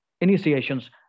Initiations